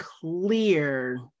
clear